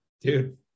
Dude